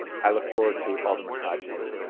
i look forward to alderman hodges'